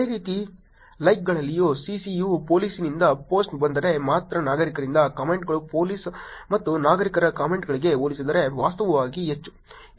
ಅದೇ ರೀತಿ ಲೈಕ್ಗಳಲ್ಲಿಯೂ Ccಯು ಪೋಲಿಸ್ನಿಂದ ಪೋಸ್ಟ್ ಬಂದರೆ ಮಾತ್ರ ನಾಗರಿಕರಿಂದ ಕಾಮೆಂಟ್ಗಳು ಪೊಲೀಸ್ ಮತ್ತು ನಾಗರಿಕರ ಕಾಮೆಂಟ್ಗಳಿಗೆ ಹೋಲಿಸಿದರೆ ವಾಸ್ತವವಾಗಿ ಹೆಚ್ಚು